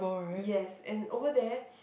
yes and over there